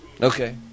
Okay